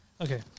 Okay